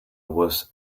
was